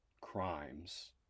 crimes